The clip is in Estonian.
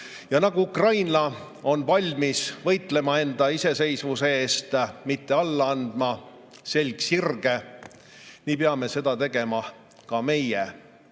Ja nagu Ukraina on valmis võitlema enda iseseisvuse eest, mitte alla andma, selg sirge, nii peame seda tegema ka meie.